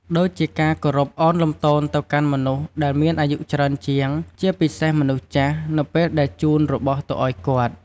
ដូចជាការគោរពឱនលំទោនទៅកាន់មនុស្សដែលមានអាយុច្រើនជាង ជាពិសេសមនុស្សចាស់នៅពេលដែលជូនរបស់ទៅអោយគាត់។